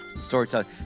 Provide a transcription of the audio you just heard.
storytelling